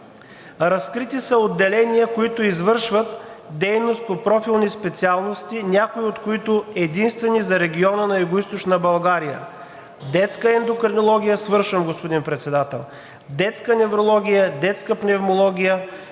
Разкрити са отделения, които извършват дейност по профилни специалности, някои от които единствени за региона на Югоизточна България – детска ендокринология, детска неврология, детска пневмология,